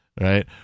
Right